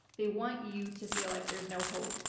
they want you to feel like there's no hope.